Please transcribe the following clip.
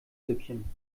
süppchen